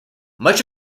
much